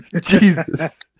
Jesus